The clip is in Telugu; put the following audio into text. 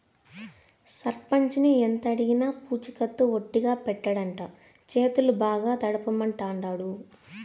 సర్పంచిని ఎంతడిగినా పూచికత్తు ఒట్టిగా పెట్టడంట, చేతులు బాగా తడపమంటాండాడు